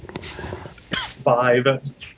Five